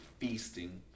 feasting